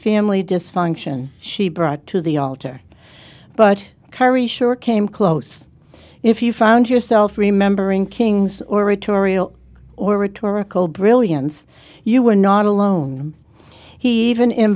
family dysfunction she brought to the altar but currie sure came close if you found yourself remembering king's oratorial or rhetorical brilliance you were not alone he even